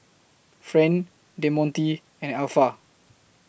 Friend Demonte and Alpha